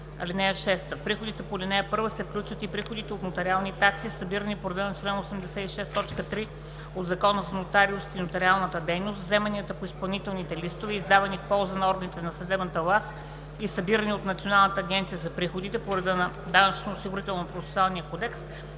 (6) В приходите по ал. 1 се включват и приходите от нотариални такси, събирани по реда на чл. 86, т. 3 от Закона за нотариусите и нотариалната дейност, вземанията по изпълнителните листове, издавани в полза на органите на съдебната власт и събирани от Националната агенция за приходите по реда на Данъчно-осигурителния процесуален кодекс,